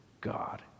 God